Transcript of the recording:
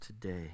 today